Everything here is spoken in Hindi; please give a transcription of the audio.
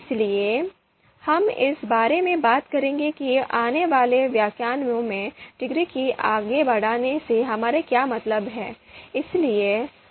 इसलिए हम इस बारे में बात करेंगे कि आने वाले व्याख्यानों में डिग्री को आगे बढ़ाने से हमारा क्या मतलब है